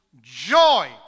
joy